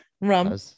Rum